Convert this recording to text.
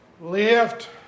Lift